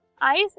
ice